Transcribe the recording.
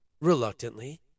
reluctantly